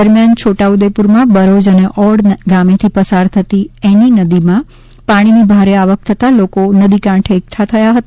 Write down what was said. દરમિયાન છોટા ઉદેપુરમાં બરોજ અને ઓડ ગામે થી પસાર થતી એની નદીમાં પાણીની ભારે આવક થતાં લોકો નદી કાંઠે એકઠા થયા હતા